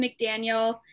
McDaniel